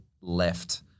left